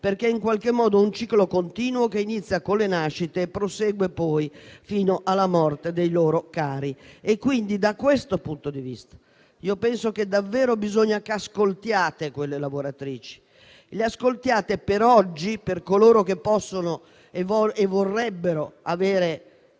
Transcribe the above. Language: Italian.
perché è un ciclo continuo, che inizia con le nascite e prosegue fino alla morte dei loro cari. Pertanto, da questo punto di vista, penso che davvero bisogni che ascoltiate quelle lavoratrici per oggi, per coloro che possono e vorrebbero